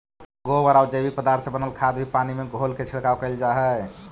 गोबरआउ जैविक पदार्थ से बनल खाद भी पानी में घोलके छिड़काव कैल जा हई